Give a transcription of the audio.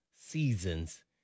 seasons